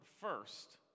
first